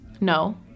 No